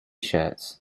shirts